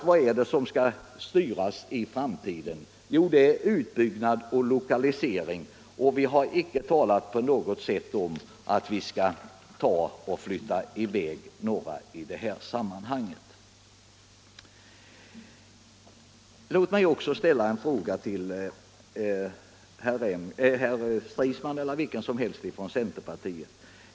— Vad är det som skall styras i framtiden? Det är utbyggnad och lokalisering. Vi har icke talat om att vi skall flytta i väg några människor. Låt mig även ställa en fråga till herr Stridsman eller till vem som helst från centerpartiet.